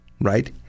right